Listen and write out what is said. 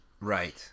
right